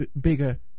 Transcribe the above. bigger